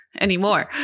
anymore